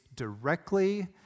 directly